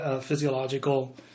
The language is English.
physiological